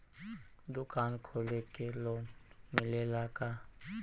दुकान खोले के लोन मिलेला का?